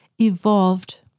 evolved